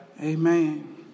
Amen